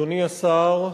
אדוני השר,